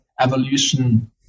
evolution